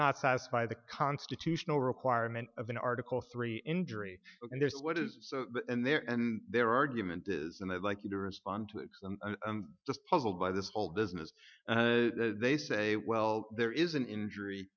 not pass by the constitutional requirement of an article three injury there's what is in there and their argument is and they like you to respond i'm just puzzled by this whole business they say well there is an injury